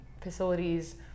facilities